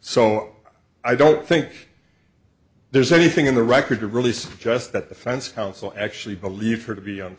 so i don't think there's anything in the record to really suggest that defense counsel actually believe her to be